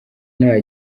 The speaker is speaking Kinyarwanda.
nta